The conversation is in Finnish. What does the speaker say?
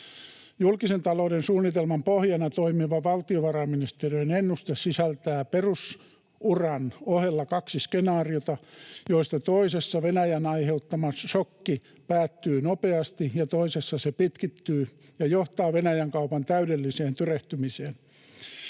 Julkisen talouden suunnitelman pohjana toimiva valtiovarainministeriön ennuste sisältää perusuran ohella kaksi skenaariota, joista toisessa Venäjän aiheuttama shokki päättyy nopeasti ja toisessa se pitkittyy ja johtaa Venäjän kaupan täydelliseen tyrehtymiseen.